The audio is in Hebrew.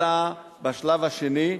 אלא בשלב השני,